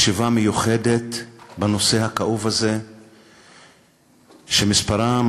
ישיבה מיוחדת בנושא הכאוב הזה של מספרם,